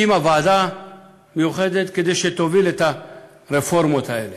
הקימה ועדה מיוחדת כדי שתוביל את הרפורמות האלה.